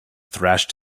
thrashed